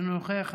אינו נוכח,